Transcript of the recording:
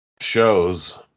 shows